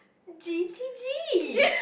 G_T_G